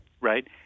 right